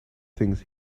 things